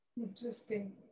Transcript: Interesting